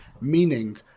Meaning